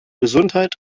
gesundheit